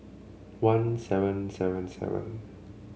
one seven seven seven